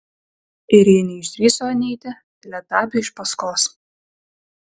ir ji neišdrįso neiti teletabiui iš paskos